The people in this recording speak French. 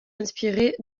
inspirer